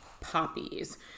poppies